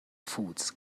فودز